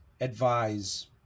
advise